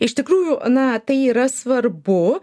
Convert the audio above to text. iš tikrųjų na tai yra svarbu